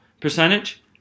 percentage